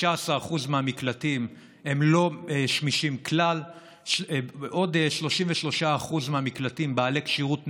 16% מהמקלטים הם לא שמישים כלל ועוד 33% מהמקלטים בעלי כשירות נמוכה,